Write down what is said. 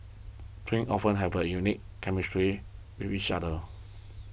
twins often have a unique chemistry with each other